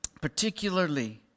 particularly